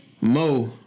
Mo